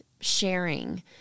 sharing